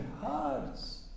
hearts